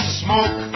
smoke